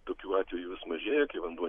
tokių atvejų vis mažėja kai vanduo